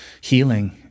healing